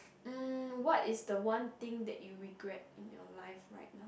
mm what is the one thing that you regret in your life right now